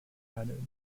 added